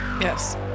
Yes